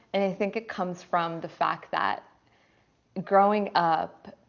and i think it comes from the fact that growing up.